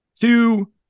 two